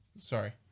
Sorry